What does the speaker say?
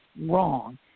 wrong